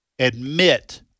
Admit